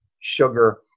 sugar